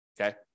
okay